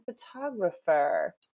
photographer